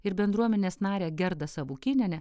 ir bendruomenės narę gerdą savukynienę